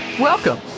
Welcome